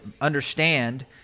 understand